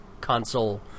console